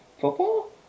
football